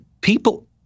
people